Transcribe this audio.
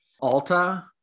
Alta